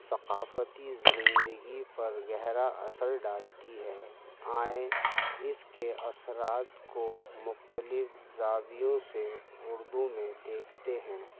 ثقافتی زندگی پر گہرا اثر ڈالتی ہے آیں اس کے اثرات کو مختلف زاویوں سے اردو میں دیکھتے ہیں